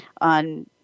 on